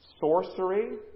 sorcery